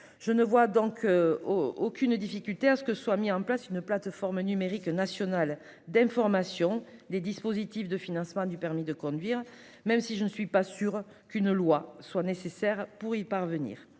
Je ne vois donc aucune difficulté à la mise en place d'une plateforme numérique nationale d'information sur les dispositifs de financement du permis de conduire, même si je ne suis pas sûre qu'une loi soit nécessaire pour cela.